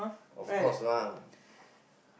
of course lah